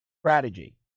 strategy